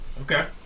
Okay